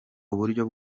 uburyo